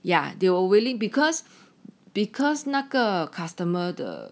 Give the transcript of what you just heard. ya they were willing because because 那个 customer 的